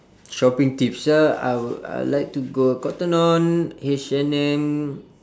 shopping tips ah I would I like to go cotton on H_and_M